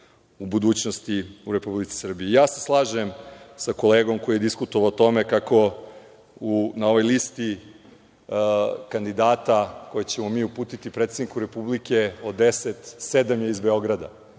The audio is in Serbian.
u budućnosti u Republici Srbiji. Ja se slažem sa kolegom koji je diskutovao o tome kako na ovoj listi kandidata koju ćemo mi uputiti predsedniku Republike, od deset, sedam je iz Beograda,